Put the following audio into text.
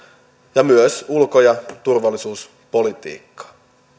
ja myös ulko ja turvallisuuspolitiikkaa